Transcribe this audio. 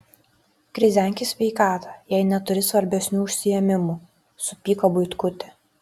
krizenk į sveikatą jei neturi svarbesnių užsiėmimų supyko buitkutė